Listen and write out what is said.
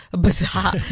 bizarre